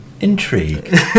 intrigue